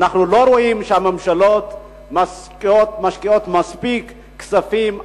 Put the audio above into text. אנחנו לא רואים שהממשלות משקיעות מספיק כספים.